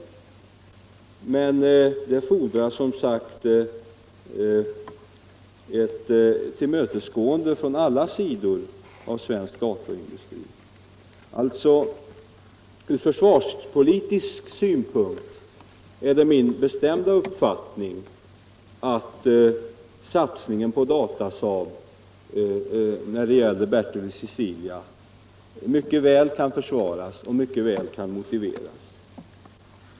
Men för detta fordras ett tillmötesgående från alla delar av svensk datorindustri. Ur försvarspolitisk synpunkt är det min bestämda uppfattning att satsningen på Datasaab när det gäller Bertil och Cecilia mycket väl kan rättfärdigas.